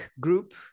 group